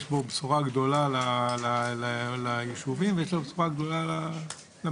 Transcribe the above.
יש בו בשורה גדולה ליישובים ויש בו בשורה גדולה למדינה,